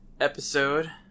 episode